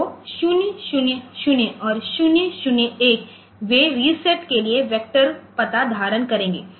तो 000 और 001 वे रीसेट के लिए वेक्टर पता धारण करेंगे